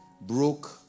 broke